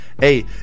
hey